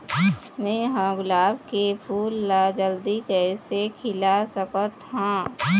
मैं ह गुलाब के फूल ला जल्दी कइसे खिला सकथ हा?